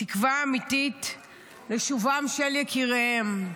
תקווה אמיתית לשובם של יקיריהן.